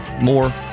More